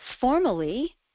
formally